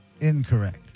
Incorrect